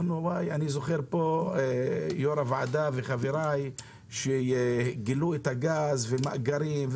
אני זוכר שיו"ר הוועדה וחבריי גילו את הגז והמאגרים,